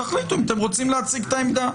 תחליטו אם אתם רוצים להציג את העמדה.